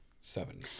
seven